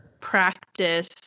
practice